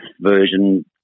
version